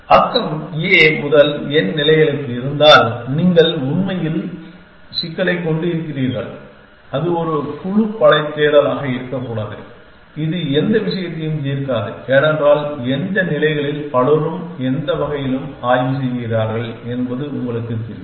neighbour A முதல் n நிலைகளுக்கு இருந்தால் நீங்கள் உண்மையில் சிக்கலைக் கொண்டிருக்கிறீர்கள் அது ஒரு குழு படைத் தேடலாக இருக்கக்கூடாது இது எந்த விஷயத்தையும் தீர்க்காது ஏனென்றால் எந்த நிலைகளில் பலரும் எந்த வகையிலும் ஆய்வு செய்கிறார்கள் என்பது உங்களுக்குத் தெரியும்